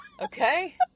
Okay